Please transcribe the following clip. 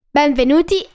Benvenuti